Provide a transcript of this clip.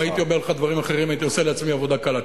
אם הייתי אומר לך דברים אחרים הייתי עושה לעצמי עבודה קלה.